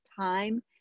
time